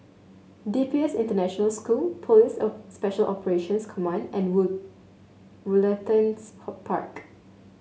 D P S International School Police of Special Operations Command and Wood Woollertons hot Park